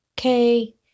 okay